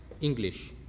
English